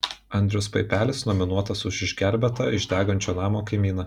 andrius paipelis nominuotas už išgelbėtą iš degančio namo kaimyną